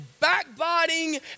backbiting